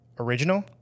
Original